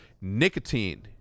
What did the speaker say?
nicotine